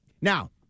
Now